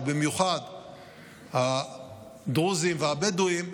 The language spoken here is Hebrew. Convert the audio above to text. בעיקר הדרוזים והבדואים,